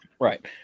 Right